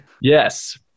Yes